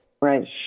right